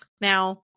now